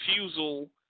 refusal